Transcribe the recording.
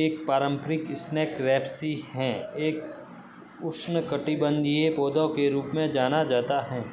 एक पारंपरिक snack recipe है एक उष्णकटिबंधीय पौधा के रूप में जाना जाता है